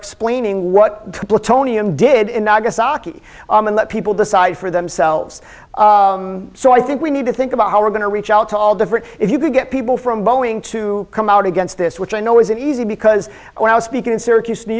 explaining what plutonium did in august aki and let people decide for themselves so i think we need to think about how we're going to reach out to all different if you could get people from boeing to come out against this which i know is easy because when i was speaking in syracuse new